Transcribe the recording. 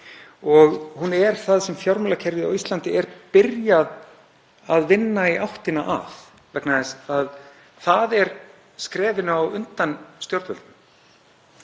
og hún er það sem fjármálakerfið á Íslandi er byrjað að vinna í áttina að vegna þess að það er skrefinu á undan stjórnvöldum.